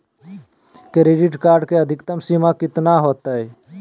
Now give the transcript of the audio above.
Credit card के अधिकतम सीमा कितना होते?